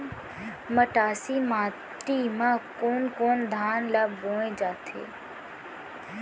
मटासी माटी मा कोन कोन धान ला बोये जाथे?